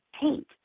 Paint